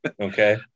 Okay